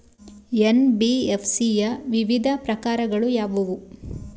NBFC ಯ ವಿವಿಧ ಪ್ರಕಾರಗಳು ಯಾವುವು?